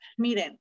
miren